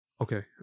Okay